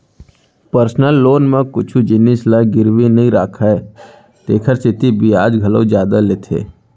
personal loan म कुछु जिनिस ल गिरवी नइ राखय तेकर सेती बियाज घलौ जादा लेथे